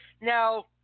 Now